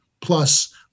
plus